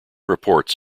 reports